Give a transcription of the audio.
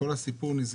כל הסיפור נסגר?